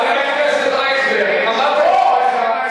חבר הכנסת אייכלר, אמרת את דבריך.